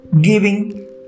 giving